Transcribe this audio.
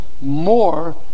more